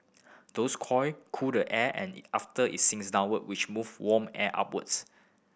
those coil cool the air after it sinks downwards which move warm air upwards